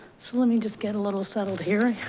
so let me just get a little settled here.